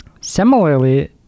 Similarly